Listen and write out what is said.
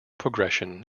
progression